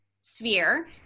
sphere